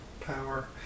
power